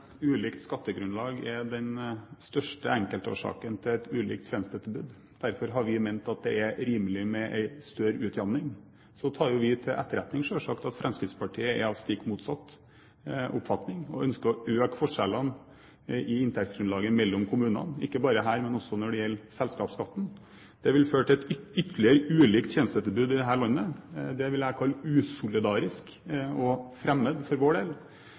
ulikt skattegrunnlag er den største enkeltårsaken til et ulikt tjenestetilbud. Derfor har vi ment at det er rimelig med en større utjevning. Så tar vi selvsagt til etterretning at Fremskrittspartiet er av stikk motsatt oppfatning og ønsker å øke forskjellene i inntektsgrunnlaget mellom kommunene – ikke bare her, men også når det gjelder selskapsskatten. Det ville ha ført til ytterligere ulikt tjenestetilbud i dette landet. Det vil jeg kalle usolidarisk og fremmed for vår del.